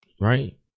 right